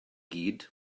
gyd